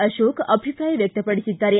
ಅಶೋಕ್ ಅಭಿಪ್ರಾಯ ವ್ಯಕ್ತಪಡಿಸಿದ್ದಾರೆ